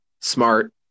smart